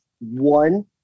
one